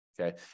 Okay